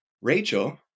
Rachel